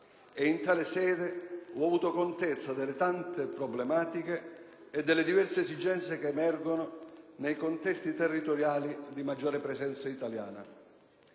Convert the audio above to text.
e in tale sede ho avuto contezza delle tante problematiche e delle diverse esigenze che emergono nei contesti territoriali di maggiore presenza italiana.